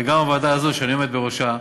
וגם הוועדה הזאת שאני עומד בראשה,